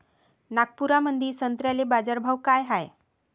नागपुरामंदी संत्र्याले बाजारभाव काय हाय?